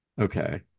okay